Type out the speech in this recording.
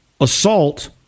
assault